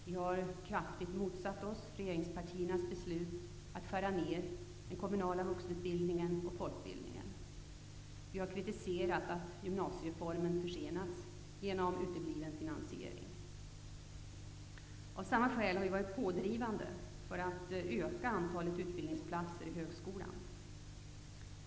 Vi har därför kraftigt motsatt oss regeringspartiernas beslut att skära ned den kommunala vuxenutbildningen och folkbildningen. Vi har kritiserat att gymnasiereformen försenats genom utebliven finansiering. Av samma skäl har vi varit pådrivande för att öka antalet utbildningsplatser i högskolan.